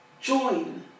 Join